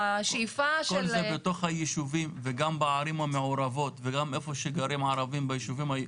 כל זה בתוך הישובים וגם בערים המעורבות וגם איפה שגרים ערבים בישובים,